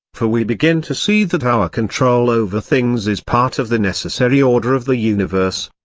for we begin to see that our control over things is part of the necessary order of the universe.